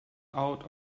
out